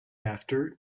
after